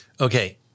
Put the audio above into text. Okay